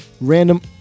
random